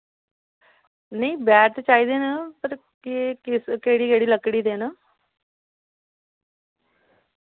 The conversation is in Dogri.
नेईं बैट ते चाहिदे न पर केह् किस केह्ड़ी केह्ड़ी लकड़ी दे न